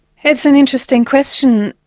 that's an interesting question.